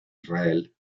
israel